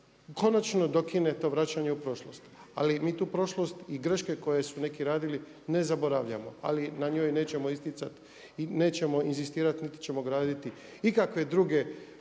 konačno dokine to vraćanje u prošlost. Ali mi tu prošlost i greške koje su neki radili ne zaboravljamo, ali na njoj nećemo isticati i nećemo inzistirati niti ćemo graditi ikakve druge